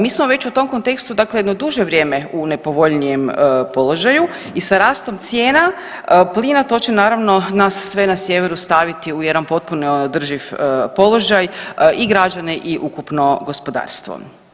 Mi smo već u tom kontekstu, dakle jedno duže vrijeme u nepovoljnijem položaju i sa rastom cijena plina to će naravno nas sve na sjeveru staviti u jedan potpuno neodrživ položaj i građane i ukupno gospodarstvo.